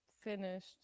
finished